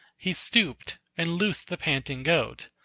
he stooped and loosed the panting goat,